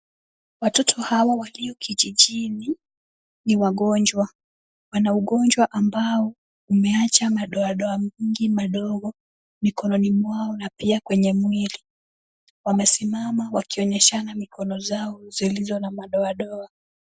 Watoto hawa walio kijijini ni wagonjwa. Wana magonjwa ambayo yameacha madoadoa mingi mikononi mwao na pia kwenye mwilini. Wamesimama wakionyeshana mikono zao zilizo na madoadoa.